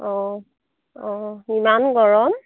অঁ অঁ ইমান গৰম